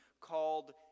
Called